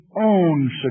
own